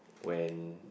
when